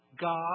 God